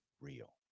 real